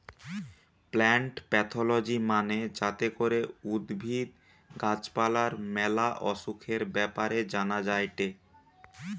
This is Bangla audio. প্লান্ট প্যাথলজি মানে যাতে করে উদ্ভিদ, গাছ পালার ম্যালা অসুখের ব্যাপারে জানা যায়টে